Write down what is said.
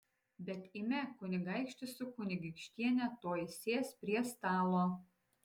bet eime kunigaikštis su kunigaikštiene tuoj sės prie stalo